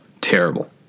Terrible